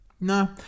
No